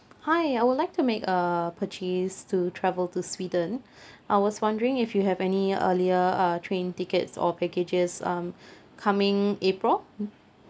hi I would like to make a purchase to travel to sweden I was wondering if you have any earlier uh train tickets or packages um coming april